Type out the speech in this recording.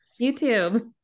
YouTube